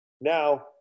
Now